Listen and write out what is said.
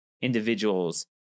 individuals